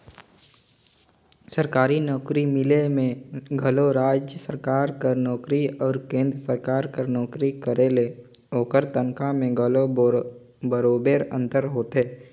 सरकारी नउकरी मिले में घलो राएज सरकार कर नोकरी अउ केन्द्र सरकार कर नोकरी करे ले ओकर तनखा में घलो बरोबेर अंतर होथे